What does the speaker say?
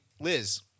Liz